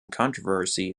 controversy